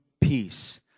peace